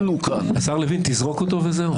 השר לוין, תזרוק אותו וזהו.